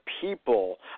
people